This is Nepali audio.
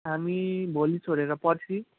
हामी भोलि छोडेर पर्सि